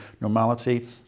normality